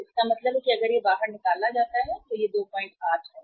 तो इसका मतलब है कि अगर यह बाहर निकाला जाता है तो यह 28 है